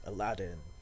Aladdin